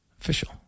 official